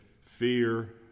fear